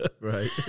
Right